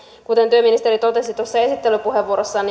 kuten työministeri totesi tuossa esittelypuheenvuorossaan